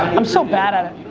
i'm so bad at it.